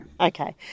Okay